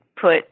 put